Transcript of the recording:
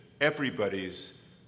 everybody's